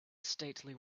stately